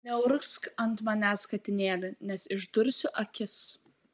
neurgzk ant manęs katinėli nes išdursiu akis